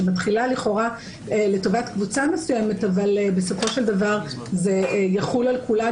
שמתחילה לכאורה לטובת קבוצה מסוימת אבל בסופו של דבר זה יחול על כולנו.